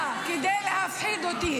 --- בעיניים שלי ראיתי.